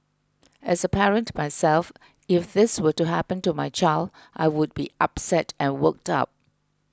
as a parent myself if this were to happen to my child I would be upset and worked up